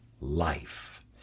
life